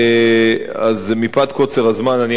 מפאת קוצר הזמן אני אעצור כאן,